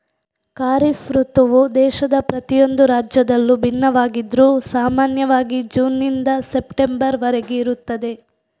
ಖಾರಿಫ್ ಋತುವು ದೇಶದ ಪ್ರತಿಯೊಂದು ರಾಜ್ಯದಲ್ಲೂ ಭಿನ್ನವಾಗಿದ್ರೂ ಸಾಮಾನ್ಯವಾಗಿ ಜೂನ್ ನಿಂದ ಸೆಪ್ಟೆಂಬರ್ ವರೆಗೆ ಇರುತ್ತದೆ